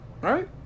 Right